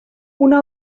una